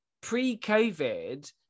pre-Covid